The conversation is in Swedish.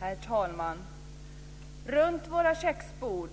Herr talman! Runt våra köksbord,